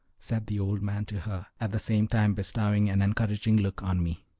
said the old man to her, at the same time bestowing an encouraging look on me.